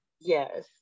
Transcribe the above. yes